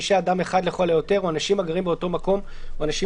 ישהה אדם אחד לכל היותר או אנשים הגרים באותו מקום או אנשים